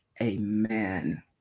amen